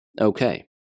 Okay